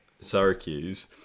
Syracuse